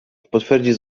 potwierdził